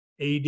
AD